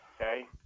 Okay